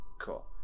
cool